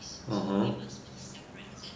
(uh huh)